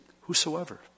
Whosoever